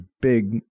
big-